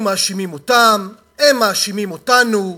אנחנו מאשימים אותם, הם מאשימים אותנו,